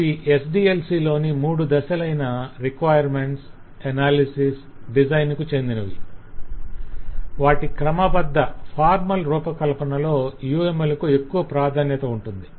అవి SDLCలోని మూడు దశలైన రిక్వైర్మెంట్స్ అనాలిసిస్ డిజైన్ కు చెందినవి వాటి క్రమబద్ధ రూపకల్పనలో UML కు ఎక్కువ ప్రాధాన్యత ఉంటుంది